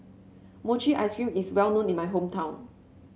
Mochi Ice Cream is well known in my hometown